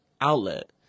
outlet